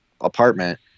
apartment